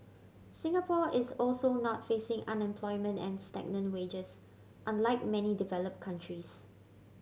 Singapore is also not facing unemployment and stagnant wages unlike many developed countries